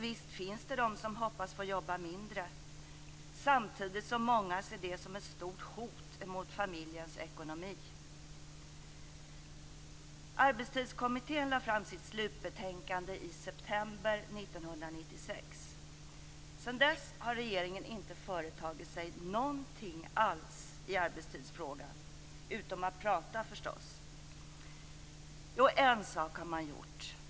Visst finns det de som hoppas få jobba mindre - samtidigt som många ser det som ett stort hot mot familjens ekonomi. Arbetstidskommittén lade fram sitt slutbetänkande i september 1996. Sedan dess har regeringen inte företagit sig någonting alls i arbetstidsfrågan - utom att prata, förstås. Jo, en sak har man gjort.